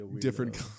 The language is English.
different